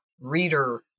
reader